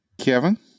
Kevin